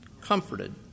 comforted